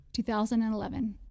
2011